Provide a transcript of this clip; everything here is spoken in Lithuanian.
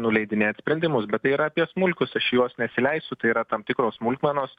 nuleidinėt sprendimus bet tai yra apie smulkius aš į juos nesileisiu tai yra tam tikros smulkmenos